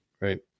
Right